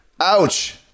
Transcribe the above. Ouch